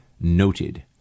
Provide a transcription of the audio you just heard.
noted